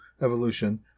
evolution